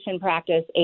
practice